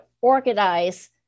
organize